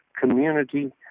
community